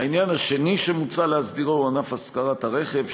העניין השני שמוצע להסדירו הוא ענף השכרת הרכב.